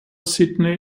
sydney